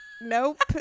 Nope